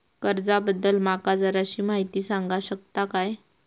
कर्जा बद्दल माका जराशी माहिती सांगा शकता काय?